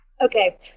Okay